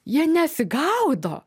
jie nesigaudo